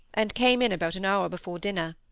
and came in about an hour before dinner.